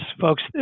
folks